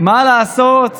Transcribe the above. מה לעשות,